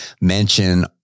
mention